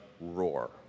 roar